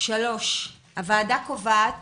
הוועדה קובעת